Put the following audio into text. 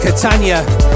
Catania